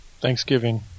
Thanksgiving